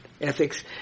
ethics